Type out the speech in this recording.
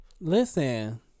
Listen